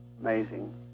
Amazing